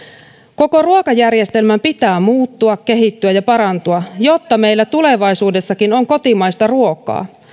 koko ruokajärjestelmän pitää muuttua kehittyä ja parantua jotta meillä tulevaisuudessakin on kotimaista ruokaa